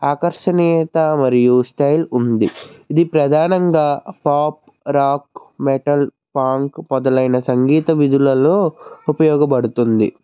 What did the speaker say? ఆకర్షనీయత మరియు స్టైల్ ఉంది ఇది ప్రధానంగా పాప్ రాక్ మెటల్ పంక్ మొదలైన సంగీత విధులలో ఉపయోగపడుతుంది